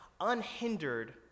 unhindered